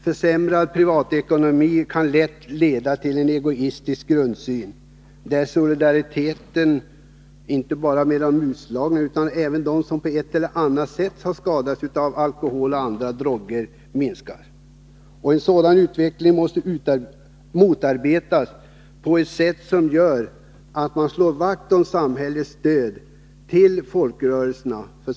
Försämrad privat ekonomi kan lätt leda till en egoistisk grundsyn, där solidariteten minskar inte bara med de utslagna utan även med dem som på ett eller annat sätt har skadats av alkohol och andra droger. En sådan utveckling måste motarbetas på det sättet att man slår vakt om samhällets stöd till folkrörelserna.